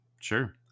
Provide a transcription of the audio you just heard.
sure